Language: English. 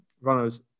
runners